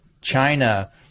China